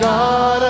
God